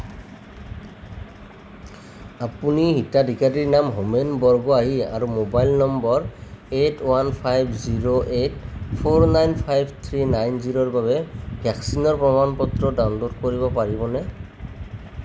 আপুনি হিতাধিকাৰীৰ নাম হোমেন বৰগোহাঞি আৰু mobile number eight one five zero eight nine five three nine জিৰ'ৰ বাবে ভেকচিনৰ প্ৰমাণ পত্ৰ ডাউনলোড কৰিব পাৰিবনে